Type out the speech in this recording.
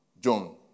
John